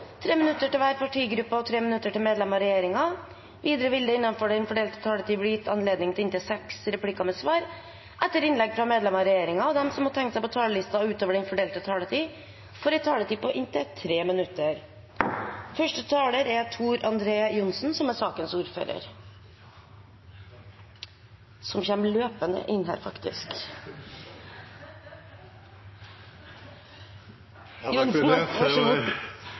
minutter til hver partigruppe og 3 minutter til medlemmer av regjeringen. Videre vil det ikke bli gitt anledning til replikkordskifte, og de som måtte tegne seg på talerlisten utover den fordelte taletid, får en taletid på inntil 3 minutter.